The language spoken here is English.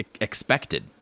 expected